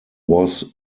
was